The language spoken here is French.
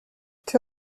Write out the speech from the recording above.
que